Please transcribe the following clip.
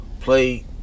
Play